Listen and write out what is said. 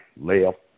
left